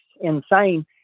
insane